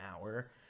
hour